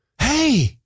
Hey